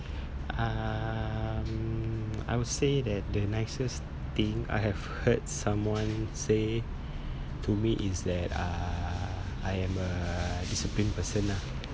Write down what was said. um I would say that the nicest thing I have heard someone say to me is that uh I am a disciplined person ah